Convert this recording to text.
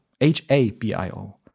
H-A-B-I-O